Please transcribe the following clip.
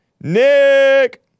Nick